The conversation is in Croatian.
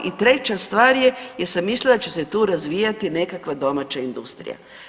I treća stvar je jer sam mislila da će se tu razvijati nekakva domaća industrija.